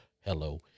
Hello